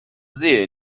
sähen